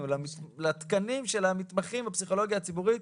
לתקנים של המתמחים בפסיכולוגיה הציבורית,